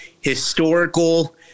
historical